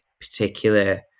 particular